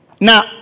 Now